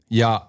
ja